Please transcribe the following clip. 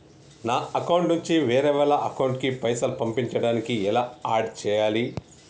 నా అకౌంట్ నుంచి వేరే వాళ్ల అకౌంట్ కి పైసలు పంపించడానికి ఎలా ఆడ్ చేయాలి?